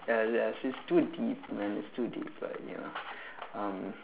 ya yes it's too deep man it's too deep but ya um